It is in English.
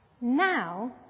now